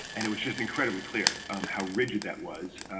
and it was just incredibly clear um how rigid that was.